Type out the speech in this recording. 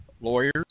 lawyers